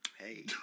Hey